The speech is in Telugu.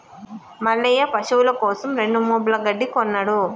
మల్లయ్య పశువుల కోసం రెండు మోపుల గడ్డి కొన్నడు